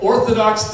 Orthodox